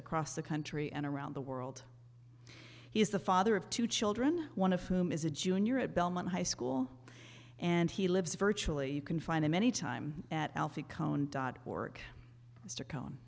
across the country and around the world he is the father of two children one of whom is a junior at belmont high school and he lives virtually you can find him any time at alfie cohn dot org mr co